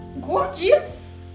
Gorgeous